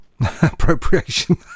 appropriation